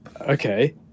Okay